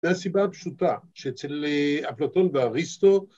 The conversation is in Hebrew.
‫זו הסיבה הפשוטה, ‫שאצל אה.. אפלוטון ואריסטו...